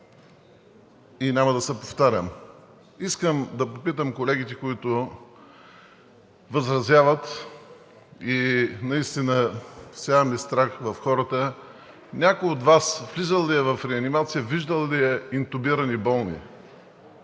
и няма да се повтарям. Искам да попитам колегите, които възразяват и наистина всяваме страх в хората: някой от Вас влизал ли е в реанимация, виждал ли е интубирани болни?